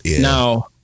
now